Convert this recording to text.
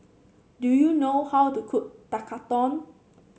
do you know how to cook Tekkadon